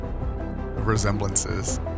resemblances